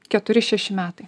keturi šeši metai